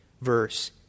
verse